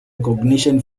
recognition